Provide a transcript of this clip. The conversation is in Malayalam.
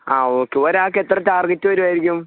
ആ ഓക്കെ ഒരാൾക്ക് എത്ര ടാർഗെറ്റ് വരുവായിരിക്കും